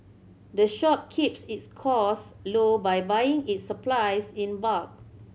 the shop keeps its costs low by buying its supplies in bulk